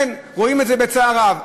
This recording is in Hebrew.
כן, הם רואים את זה בצער רב.